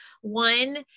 one